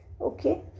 Okay